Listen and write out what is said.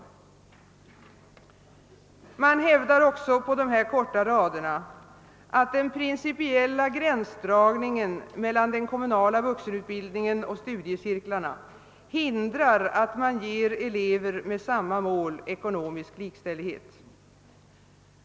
Utskottet hävdar också på dessa få rader att den principiella gränsdragningen mellan den kommunala vuxenutbildningen och studiecirklarna hindrar att man ger elever med samma mål ekonomisk likställighet.